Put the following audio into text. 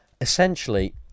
essentially